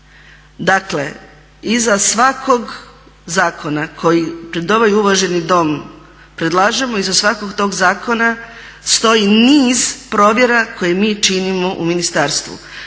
Dakle iza svakog zakona koji pred ovaj uvaženi Dom predlažemo, iza svakog tog zakona stoji niz provjera koje mi činimo u ministarstvu.